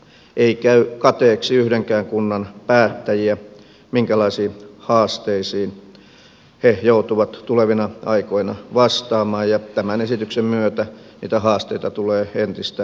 ei käy kateeksi yhdenkään kunnan päättäjiä kun tietää minkälaisiin haasteisiin he joutuvat tulevina aikoina vastaamaan ja tämän esityksen myötä niitä haasteita tulee entistä enemmän